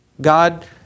God